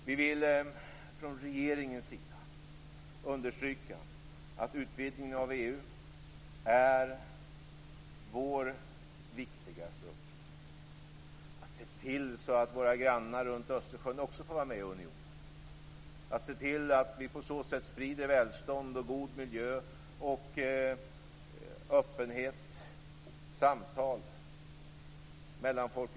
Vi vill från regeringens sida understryka att utvidgningen av EU är vår viktigaste uppgift. Det gäller att se till att också våra grannar runt Östersjön får vara med i unionen. Det gäller att på så sätt sprida välstånd, god miljö, öppenhet och mellanfolkligt utbyte också till dessa länder.